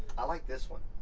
i like this one,